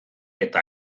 eta